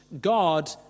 God